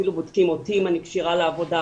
אפילו בודקים אותי אם אני כשירה לעבודה